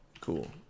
cool